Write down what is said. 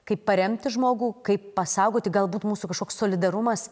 kaip paremti žmogų kaip pasaugoti galbūt mūsų kažkoks solidarumas